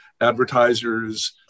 advertisers